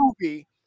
movie